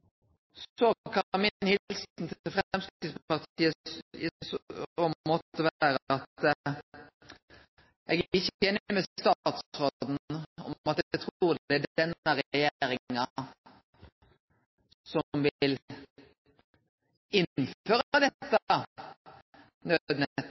så måte kan vere at eg ikkje er einig med statsråden i at det er denne regjeringa som vil innføre dette